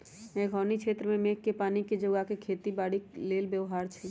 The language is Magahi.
मेघोउनी क्षेत्र में मेघके पानी जोगा कऽ खेती बाड़ी लेल व्यव्हार छै